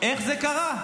איך זה קרה?